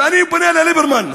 ואני פונה לליברמן,